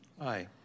Aye